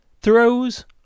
throws